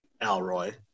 Alroy